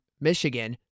Michigan